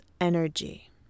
energy